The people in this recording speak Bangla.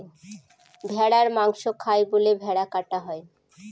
ভেড়ার মাংস খায় বলে ভেড়া কাটা হয়